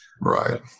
Right